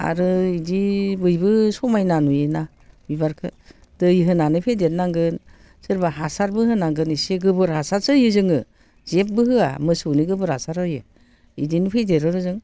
आरो बिदि बयबो समायना नुयो ना बिबारखौ दै होनानै फेदेर नांगोन सोरबा हासारबो होनांगोन इसे गोबोर हासारसो होयो जोङो जेबो होआ मोसौनि गोबोर हासार होयो बिदिनो फेदेरो जों